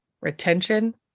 retention